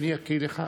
ההצהרה: